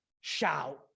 shout